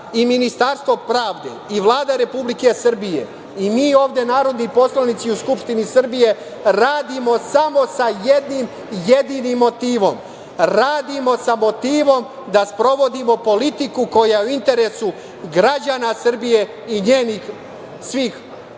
i Ministarstvo pravde i Vlada Republike Srbije i mi ovde narodni poslanici u Skupštini Srbije, radimo samo sa jednim jedinim motivom - radimo sa motivom da sprovodimo politiku koja je u interesu građana Srbije i svih